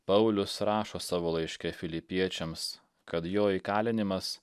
paulius rašo savo laiške filipiečiams kad jo įkalinimas